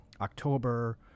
October